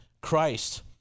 Christ